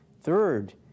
Third